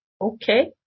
okay